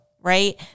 right